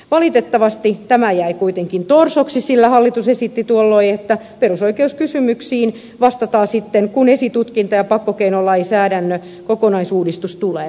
valitettavasti tämä jäi kuitenkin torsoksi sillä hallitus esitti tuolloin että perusoikeuskysymyksiin vastataan sitten kun esitutkinta ja pakkokeinolainsäädännön kokonaisuudistus tulee